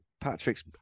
Patrick's